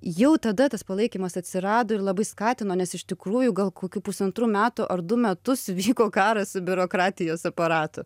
jau tada tas palaikymas atsirado ir labai skatino nes iš tikrųjų gal kokių pusantrų metų ar du metus vyko karas su biurokratijos aparatu